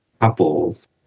couples